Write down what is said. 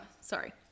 sorry